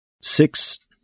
Six